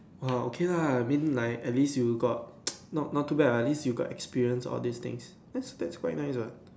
oh okay lah I mean like at least you got not not too bad lah at least you got experience all these things that's quite nice what